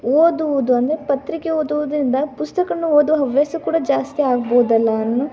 ಓದುವುದು ಅಂದರೆ ಪತ್ರಿಕೆ ಓದುವುದು ಎಂದ ಪುಸ್ತಕಗಳನ್ನು ಓದುವ ಹವ್ಯಾಸ ಕೂಡ ಜಾಸ್ತಿ ಆಗ್ಬೋದಲ್ಲ ಅನ್ನು